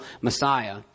Messiah